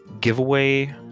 giveaway